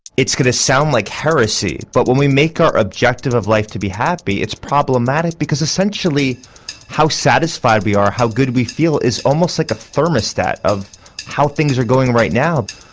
it's going to sound like heresy but when we make our objective of life to be happy it's problematic because essentially how satisfied we are, how good we feel is almost like a thermostat of how things are going right now.